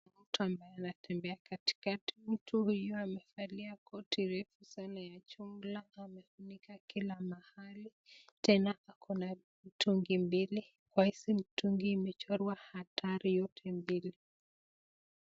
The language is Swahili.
Mtu mwenye anatembea katikati mtu huyu anavalia koti refu ya jumla amefunika kila mahali tena akona mtungi mbili kwa hiki mitungi imechorwa hatari yote mbili.